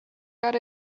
got